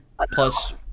plus